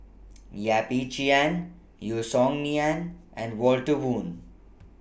Yap Ee Chian Yeo Song Nian and Walter Woon